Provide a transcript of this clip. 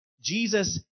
Jesus